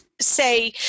Say